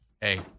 Hey